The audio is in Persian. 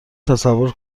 تصور